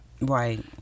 Right